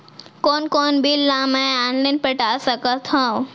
कोन कोन बिल ला मैं ऑनलाइन पटा सकत हव?